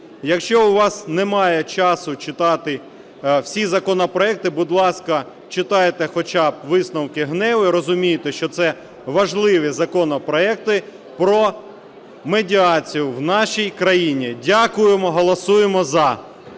якщо у вас немає часу читати всі законопроекти, будь ласка, читайте хоча б висновки ГНЕУ. Ви розумієте, що це важливі законопроекти про медіацію в нашій країні. Дякуємо. Голосуємо "за".